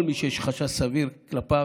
כל מי שיש חשש סביר כלפיו,